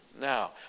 now